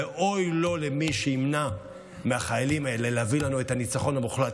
ואוי לו למי שימנע מהחיילים האלה להביא לנו את הניצחון המוחלט,